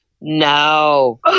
no